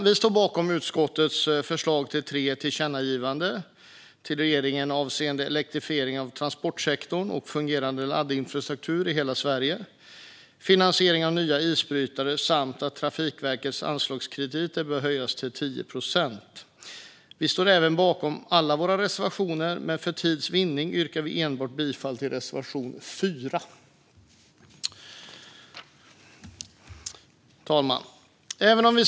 Vi står bakom utskottets förslag till tre tillkännagivanden till regeringen avseende elektrifiering av transportsektorn och fungerande laddinfrastruktur i hela Sverige, finansieringen av nya isbrytare samt att Trafikverkets anslagskredit bör höjas till 10 procent. Vi står även bakom alla våra reservationer, men för tids vinning yrkar vi bifall enbart till reservation 4.